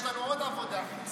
יש לנו עוד עבודה חוץ,